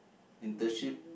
internship